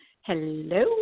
hello